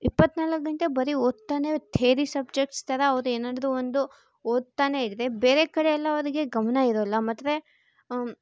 ಇಪ್ಪತ್ನಾಲ್ಕು ಗಂಟೆ ಬರಿ ಓದ್ತಾನೇ ಥಿಯರಿ ಸಬ್ಜೆಕ್ಟ್ಸ್ ಥರ ಅವ್ರು ಏನಾದರೂ ಒಂದು ಓದ್ತಾನೇ ಇದ್ದರೆ ಬೇರೆ ಕಡೆ ಎಲ್ಲ ಅವರಿಗೆ ಗಮನ ಇರೊಲ್ಲ ಮತ್ತೆ